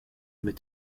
mit